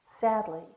Sadly